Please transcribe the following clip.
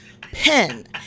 Pen